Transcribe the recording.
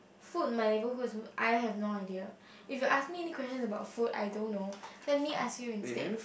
food in my neighborhood I have no idea if you ask me any question about food I don't know let me ask you instead